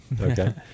Okay